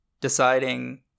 deciding